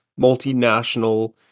multinational